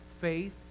faith